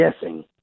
guessing